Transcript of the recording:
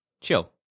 chill